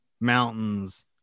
mountains